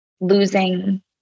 losing